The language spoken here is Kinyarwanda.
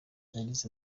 yagize